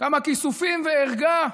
כמה כיסופים וערגה.